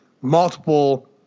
multiple